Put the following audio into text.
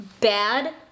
bad